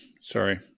sorry